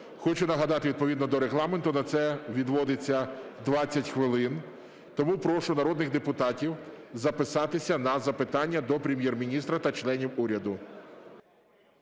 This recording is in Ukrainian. Хочу нагадати: відповідно до Регламенту на це відводиться 20 хвилин. Тому прошу народних депутатів записатися на запитання до Прем'єр-міністра та членів уряду.